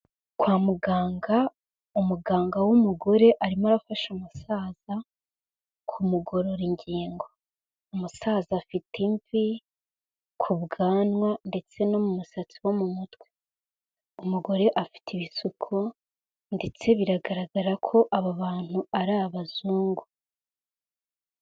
Kwa muganga, umuganga w'umugore arimo arafasha umusaza kumugorora ingingo. Umusaza afite imvi ku bwanwa ndetse no mu musatsi wo mu mutwe. Umugore afite ibisuko ndetse bigaragara ko aba bantu ari abazungu.